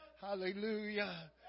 Hallelujah